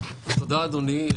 תודה, אדוני.